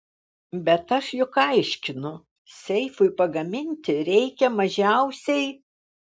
bet aš juk aiškinu seifui pagaminti reikia mažiausiai